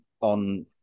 on